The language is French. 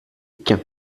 qu’un